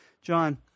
John